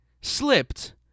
slipped